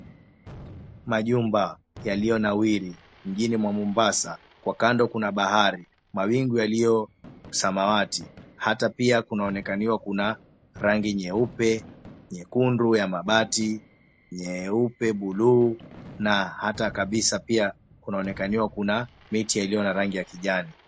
Majumba yaliyonawiri mjini mwa Mombasa , kwa kando kuna bahari, mawingu yaliyo samawati hata pia kunaonekaniwa kuna rangi nyeupe, nyekundu ya mabati, nyeupe bluu na hata kabisa pia kunaonekaniwa kuna miti yaliyo na rangi ya kijani.